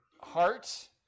heart